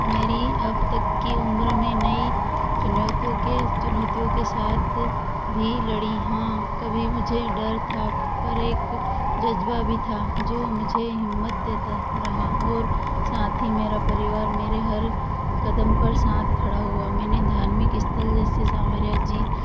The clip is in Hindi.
मेरी अब तक के उम्र में नई चुनौतियों के चुनौतियों के साथ भी लड़ी हाँ कभी मुझे डर था पर एक जज्बा भी था जो मुझे हिम्मत देता रहा और साथ ही मेरा परिवार मेरे हर कदम पर साथ खड़ा हुआ मैंने धार्मिक स्थल जैसे सांवरिया जी